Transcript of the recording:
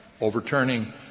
overturning